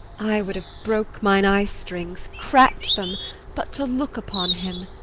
i would have broke mine eyestrings, crack'd them but to look upon him,